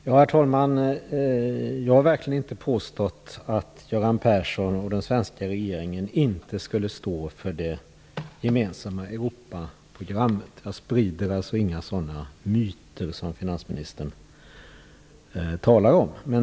Herr talman! Jag har verkligen inte påstått att Göran Persson och den svenska regeringen inte skulle stå för det gemensamma Europaprogrammet. Jag sprider alltså inga sådana myter som finansministern talar om.